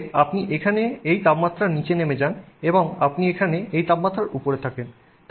এভাবে আপনি এখানে এই তাপমাত্রার নীচে নেমে যান এবং আপনি এখানে এই তাপমাত্রার উপরে থাকেন